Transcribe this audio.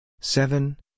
seven